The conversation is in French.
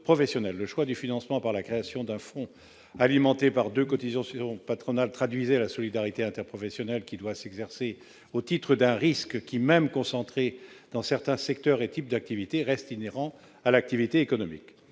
Le choix du financement par la création d'un fonds alimenté par deux cotisations patronales traduisait la solidarité interprofessionnelle, qui doit s'exercer au titre d'un risque, qui, même concentré dans certains secteurs et types d'activité, reste inhérent à l'activité économique.